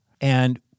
And-